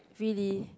really